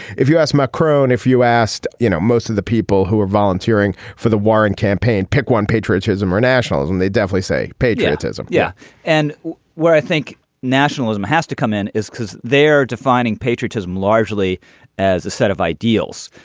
if you asked my and if you asked you know most of the people who are volunteering for the warren campaign pick one patriotism or nationalism they definitely say patriotism. yeah and where i think nationalism has to come in is because they're defining patriotism largely as a set of ideals.